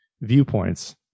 viewpoints